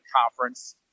conference